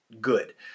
good